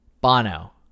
Bono